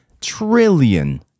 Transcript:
trillion